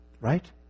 Right